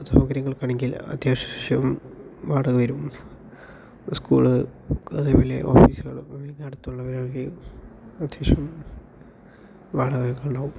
സൗകര്യങ്ങൾക്കാണെങ്കിൽ അത്യാവശ്യം വാടക വരും സ്കൂള് അതേപോലെ ഓഫീസുകൾ ഇതിനടുത്തുള്ളവരൊഴികയും അത്യാവശ്യം വാടകയൊക്കെ ഉണ്ടാവും